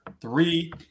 three